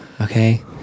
okay